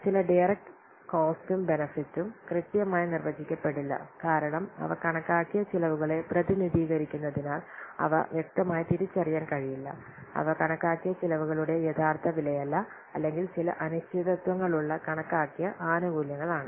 ചില ഡയറക്റ്റ് കോസ്റ്റും ബെനെഫിട്ടും കൃത്യമായി നിർവചിക്കപ്പെടില്ല കാരണം അവ കണക്കാക്കിയ ചിലവുകളെ പ്രതിനിധീകരിക്കുന്നതിനാൽ അവ വ്യക്തമായി തിരിച്ചറിയാൻ കഴിയില്ല അവ കണക്കാക്കിയ ചിലവുകളുടെ യഥാർത്ഥ വിലയല്ല അല്ലെങ്കിൽ ചില അനിശ്ചിതത്വങ്ങളുള്ള കണക്കാക്കിയ ആനുകൂല്യങ്ങളാണ്